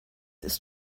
ist